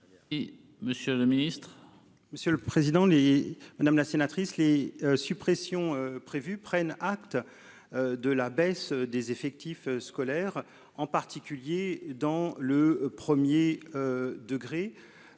Monsieur le président, les madame la sénatrice les suppressions prévues prennent acte de la baisse des effectifs scolaires, en particulier dans le 1er degré